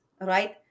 right